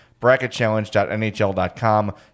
Bracketchallenge.nhl.com